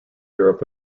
europe